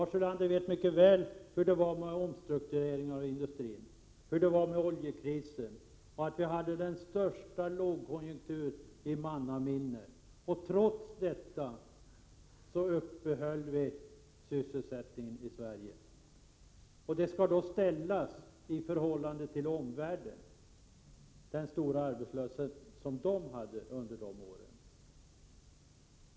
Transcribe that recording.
Men Lars Ulander vet mycket väl hur det var med omstruktureringarna inom industrin och oljekrisen och att vi hade den största lågkonjunkturen i mannaminne under dessa år, men att vi trots detta uppehöll sysselsättningen i Sverige. Det skall då jämföras med den stora arbetslöshet som fanns i omvärlden under de åren.